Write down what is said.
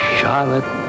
Charlotte